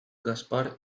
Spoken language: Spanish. gaspar